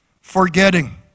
Forgetting